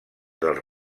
dels